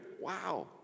Wow